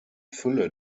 fülle